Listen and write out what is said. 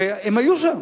הרי הם היו שם.